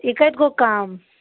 یہِ کتہِ گوٚو کم